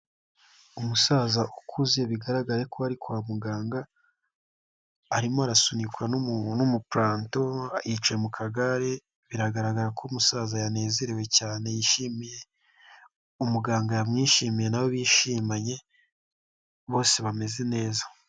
Umusaza ukuze bigaragaye ko ari kwa muganga, arimo arasunikwa n'umupuranto yicaye mu kagare, biragaragara ko umusaza yanezerewe cyane yishimiye, umuganga yamwishimiye n'awe bishimanye bose bameze neza.